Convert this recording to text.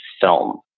film